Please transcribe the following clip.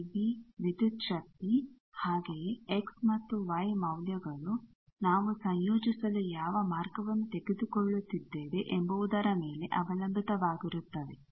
ಈ ವಿ ವಿದ್ಯುತ್ ಶಕ್ತಿ ಹಾಗೆಯೇ ಎಕ್ಸ್ ಮತ್ತು ವೈ ಮೌಲ್ಯಗಳು ನಾವು ಸಂಯೋಜಿಸಲು ಯಾವ ಮಾರ್ಗವನ್ನು ತೆಗೆದುಕೊಳ್ಳುತ್ತಿದ್ದೇವೆ ಎಂಬುವುದರ ಮೇಲೆ ಅವಲಂಬಿತವಾಗಿರುತ್ತವೆ